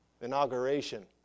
inauguration